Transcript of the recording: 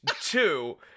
two